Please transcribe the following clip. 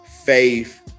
faith